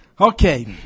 Okay